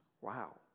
Wow